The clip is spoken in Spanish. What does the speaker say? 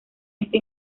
esta